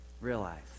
Realize